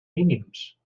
mínims